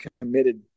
committed